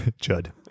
Judd